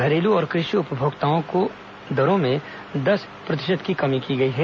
घरेलू और कृषि उपभोक्ताओं की दरों में दस प्रतिशत की कमी की गई है